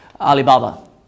Alibaba